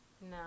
No